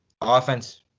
offense